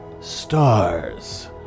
Stars